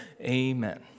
Amen